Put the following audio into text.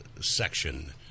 section